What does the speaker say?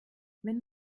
wenn